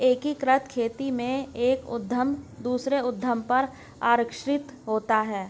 एकीकृत खेती में एक उद्धम दूसरे उद्धम पर आश्रित होता है